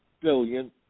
billion